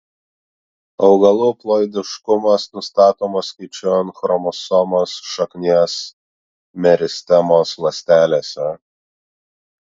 augalų ploidiškumas nustatomas skaičiuojant chromosomas šaknies meristemos ląstelėse